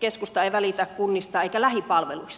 keskusta ei välitä kunnista eikä lähipalveluista